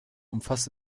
umfasst